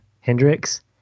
Hendrix